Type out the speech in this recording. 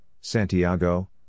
Santiago